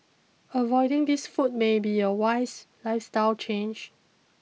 avoiding these foods may be a wise lifestyle change